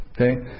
Okay